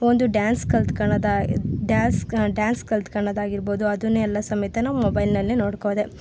ಒಂದು ಡ್ಯಾನ್ಸ್ ಕಲ್ತುಕೊಳದಾ dance dance ಕಲ್ತುಕೊಳ್ಳೋದಾಗಿರ್ಬೋದು ಅದನ್ನೂ ಎಲ್ಲ ಸಮೇತನು ಮೊಬೈಲ್ನಲ್ಲೇ ನೋಡ್ಕೊದೆ